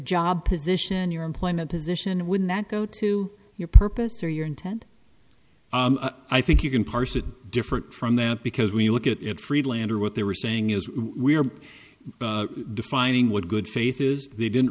job position your employment position would that go to your purpose or your intent i think you can parse it different from that because when you look at it friedlander what they were saying is we are defining what good faith is they didn't